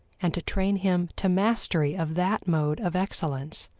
and to train him to mastery of that mode of excellence,